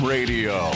Radio